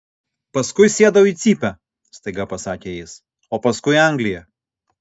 paskui sėdau į cypę staiga pasakė jis o paskui anglija